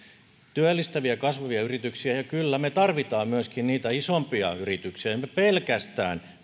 työllistäviä kasvavia yrityksiä ja kyllä me tarvitsemme myöskin niitä isompia yrityksiä emme me pelkästään